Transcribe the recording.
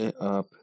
up